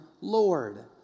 Lord